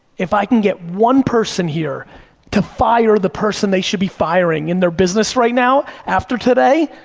if i can get one person here to fire the person they should be firing in their business right now, after today,